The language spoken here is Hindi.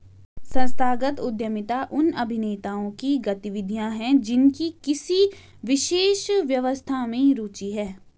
संस्थागत उद्यमिता उन अभिनेताओं की गतिविधियाँ हैं जिनकी किसी विशेष व्यवस्था में रुचि है